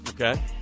Okay